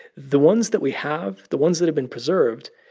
the ones that we have, the ones that have been preserved,